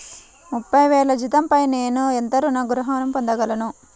ముప్పై వేల జీతంపై నేను ఎంత గృహ ఋణం పొందగలను?